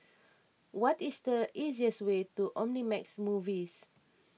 what is the easiest way to Omnimax Movies